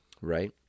Right